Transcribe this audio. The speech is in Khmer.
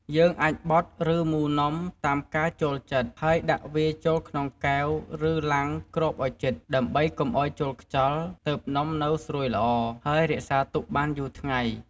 យើងអាចបត់ ឬមូរនំ តាមការចូលចិត្ត ហើយដាក់វាចូលក្នុងកែវឬ ឡាំងគ្របអោយជិត ដើម្បីកុំអោយចូលខ្យល់ ទើបនំនៅស្រួយល្អ ហើយរក្សាទុកបានយូរថ្ងៃ។